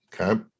okay